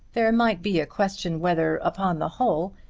there might be a question whether, upon the whole,